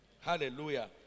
Hallelujah